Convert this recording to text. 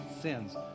sins